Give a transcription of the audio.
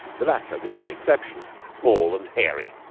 the latter, with one exception, small and hairy.